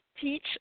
teach